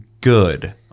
good